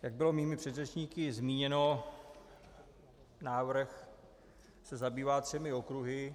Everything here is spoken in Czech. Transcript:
Jak bylo mými předřečníky zmíněno, návrh se zabývá třemi okruhy.